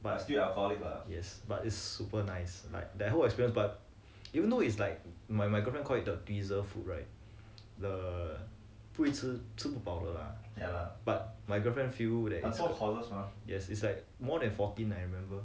yes but it's super nice like the whole experience but you know it's like my my girlfriend called the teaser food right the 不会吃吃不包的 lah but my girlfriend feel that yes it's like more than forteen I remember